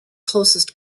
closest